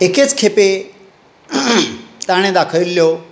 एकेच खेपे ताणें दाखयल्ल्यो